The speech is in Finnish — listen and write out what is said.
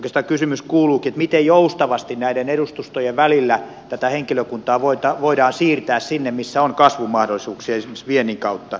oikeastaan kysymys kuuluukin miten joustavasti näiden edustustojen välillä tätä henkilökuntaa voidaan siirtää sinne missä on kasvumahdollisuuksia esimerkiksi viennin kautta